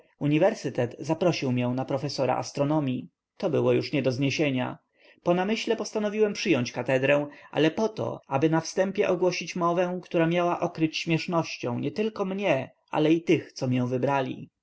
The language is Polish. uniwersytet zaprosił mię na profesora astronomii to było już nie do zniesienia po namyśle postanowiłem przyjąć katedrę ale po to aby na wstępie wygłosić mowę która miała okryć śmiesznością nietylko mnie ale i tych co mię wybrali